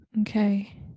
Okay